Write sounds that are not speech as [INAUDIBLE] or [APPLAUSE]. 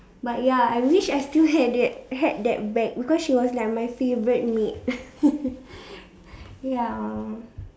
but ya I wish I still had that had that bag because she was like my favourite maid [LAUGHS] ya